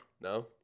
No